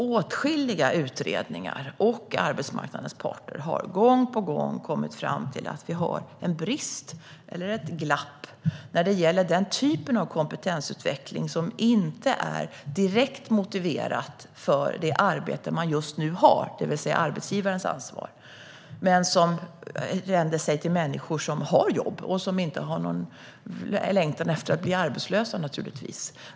Åtskilliga utredningar och arbetsmarknadens parter har gång på gång kommit fram till att vi har ett glapp när det gäller den typ av kompetensutveckling som inte är direkt motiverad utifrån det arbete man just nu har, det vill säga det som är arbetsgivarens ansvar, utan vänder sig till människor som har jobb - och som naturligtvis inte har någon längtan efter att bli arbetslösa.